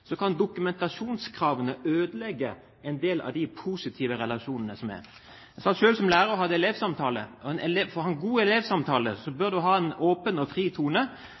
kan dokumentasjonskravene ødelegge en del av de positive relasjonene som er der. Jeg satt selv som lærer og hadde elevsamtale. For å ha en god elevsamtale bør du ha en åpen og fri tone.